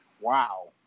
wow